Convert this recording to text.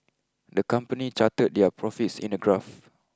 the company charted their profits in a graph